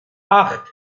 acht